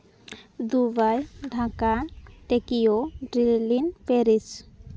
Dubai Dhaka Tokyo drilling Paris